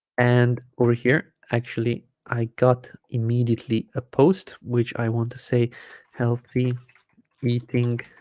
and over here actually i got immediately a post which i want to say healthy eating